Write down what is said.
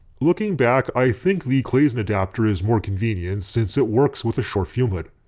looking back i think the claisen adapter is more convenient since it works with a short fume hood.